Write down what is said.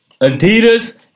Adidas